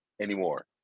anymore